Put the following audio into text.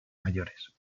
mayores